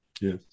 Yes